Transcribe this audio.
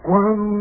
one